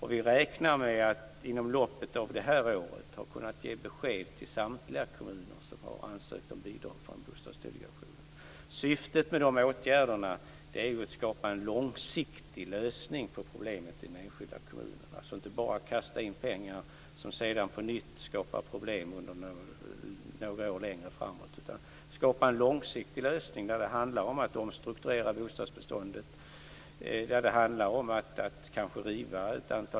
Inom loppet av det här året räknar vi med att kunna ge besked till samtliga kommuner som har ansökt om bidrag från Bostadsdelegationen. Syftet med dessa åtgärder är att skapa en långsiktig lösning på problemet i de enskilda kommunerna.